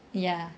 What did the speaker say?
ya